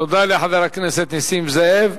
תודה לחבר הכנסת נסים זאב.